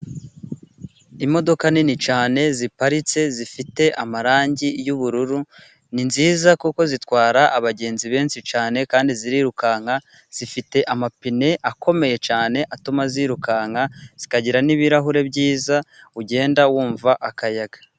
Imodoka nini cyane ziparitse zifite amarangi y'ubururu ni nziza kuko zitwara abagenzi benshi cyane kandi zirirukanka. Zifite amapine akomeye cyane atuma zirukanka zikagira n'ibirahure byiza ugenda wumva akayaga.